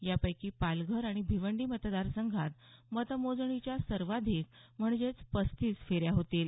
यापैकी पालघर आणि भिवंडी मतदारसंघात मतमोजणीच्या सर्वाधिक म्हणजेच पस्तीस फेऱ्या होतील